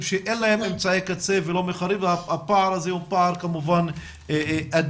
שאין להם אמצעי קצה והפער הזה הוא פער כמובן אדיר,